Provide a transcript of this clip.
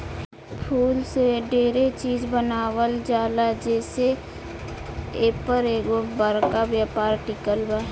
फूल से डेरे चिज बनावल जाला जे से एपर एगो बरका व्यापार टिकल बा